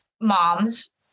moms